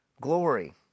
glory